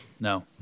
No